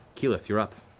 keyleth, you're up.